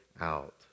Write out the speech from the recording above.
out